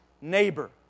neighbor